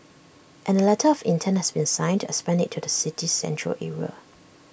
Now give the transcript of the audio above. and A letter of intent has been signed to expand IT to the city's Central Area